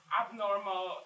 abnormal